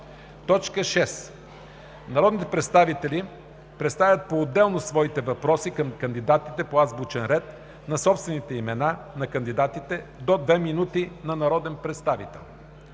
всяко. 6. Народните представители поставят поотделно своите въпроси към кандидатите по азбучен ред на собствените имена на кандидатите – до 2 минути на народен представител.